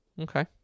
Okay